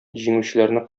җиңүчеләрне